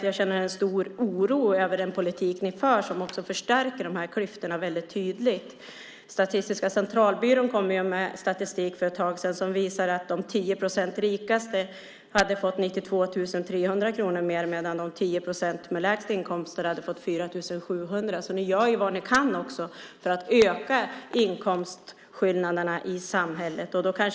Jag känner en stor oro över den politik ni för som också tydligt förstärker klyftorna. Statistiska centralbyrån kom för ett tag sedan med statistik som visar att de 10 procenten rikaste hade fått 92 300 kronor mer medan de 10 procenten med lägst inkomster hade fått 4 700 kronor mer. Ni gör vad ni kan för att öka inkomstskillnaderna i samhället.